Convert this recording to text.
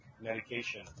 medication